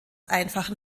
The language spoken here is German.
einfachen